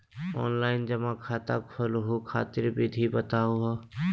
Online जमा खाता खोलहु खातिर विधि बताहु हो?